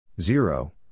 Zero